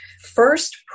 First